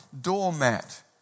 doormat